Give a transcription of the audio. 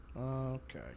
okay